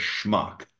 schmuck